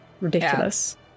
Ridiculous